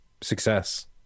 success